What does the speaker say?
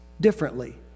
differently